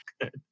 good